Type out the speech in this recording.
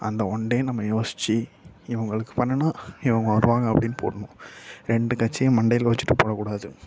அந்த one day நம்ம யோசித்து இவங்களுக்கு பண்ணணுன்னா இவங்க வருவாங்க அப்படின்னு போடணும் ரெண்டு கட்சியும் மண்டையில் வச்சிட்டு போடக்கூடாது